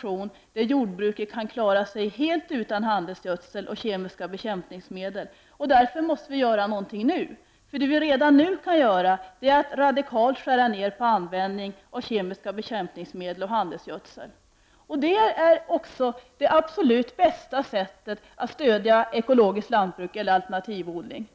så långt att jordbruket kan klara sig helt utan handelsgödsel och ke miska bekämpningsmedel. Därför måste vi göra någonting nu. Det vi redan nu kan göra är att radikalt skära ned användningen av kemiska bekämpningsmedel och handelsgödsel. Detta är också det absolut bästa sättet att stödja det ekologiska lantbruket eller alternativodlingen.